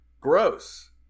Gross